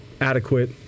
Adequate